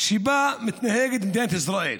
שבה מתנהגת מדינת ישראל